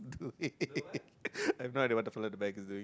eh I have no idea what the fella in the back is doing